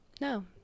no